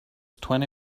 twenty